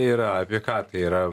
yra apie ką tai yra